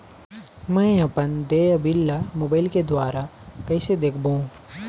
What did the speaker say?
मैं अपन देय बिल ला मोबाइल के द्वारा कइसे देखबों?